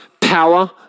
power